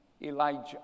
Elijah